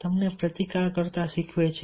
તમને પ્રતિકાર શીખવે છે